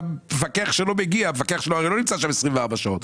המפקח שלו לא נמצא שם 24 שעות.